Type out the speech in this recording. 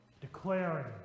declaring